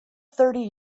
thirty